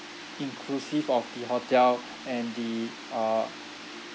inclusive of the hotel and the uh